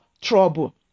trouble